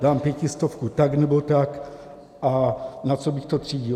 Dám pětistovku tak nebo tak a na co bych to třídil?